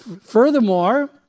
Furthermore